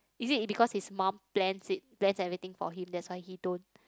is it because his mum plans it plans everything for him that's why he don't